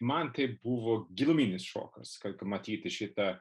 man tai buvo gilminis šokas kad matyti šitą